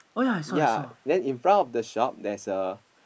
ya then in front of the shop there's a